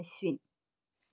Ashwin